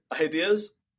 ideas